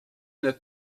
the